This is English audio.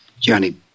Johnny